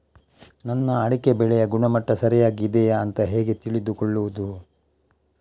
ನನ್ನ ಅಡಿಕೆ ಬೆಳೆಯ ಗುಣಮಟ್ಟ ಸರಿಯಾಗಿ ಇದೆಯಾ ಅಂತ ಹೇಗೆ ತಿಳಿದುಕೊಳ್ಳುವುದು?